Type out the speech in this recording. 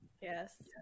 yes